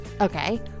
okay